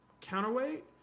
counterweight